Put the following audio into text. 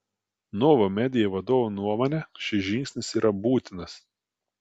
nova media vadovo nuomone šis žingsnis yra būtinas